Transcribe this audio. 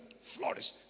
Flourish